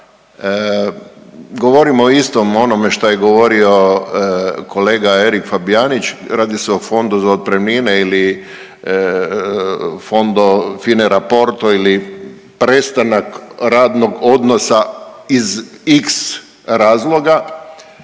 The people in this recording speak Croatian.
Govorim o istom onome šta je govorio kolega Fabijanić, radi se o Fondu za otpremnine ili Fondo fine rapporto ili prestanak radnog odnosa iz X razloga